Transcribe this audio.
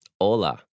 Hola